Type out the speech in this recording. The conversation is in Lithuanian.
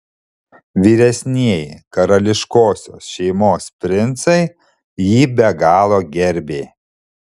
vyresnieji karališkosios šeimos princai jį be galo gerbė